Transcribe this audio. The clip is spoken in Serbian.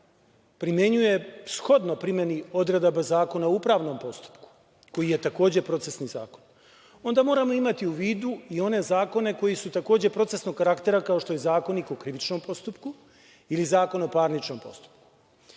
primenjuje, shodno primeni odredaba Zakona o upravnom postupku koji je takođe procesni zakon, onda moramo imati u vidu i one zakone koji su takođe procesnog karaktera, kao što je Zakonik o krivičnom postupku ili Zakon o parničnom postupku. Predlagač